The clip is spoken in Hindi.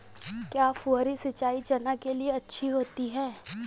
क्या फुहारी सिंचाई चना के लिए अच्छी होती है?